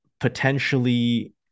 potentially